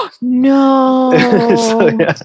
No